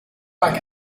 war